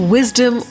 Wisdom